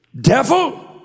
Devil